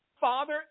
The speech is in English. father